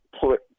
put –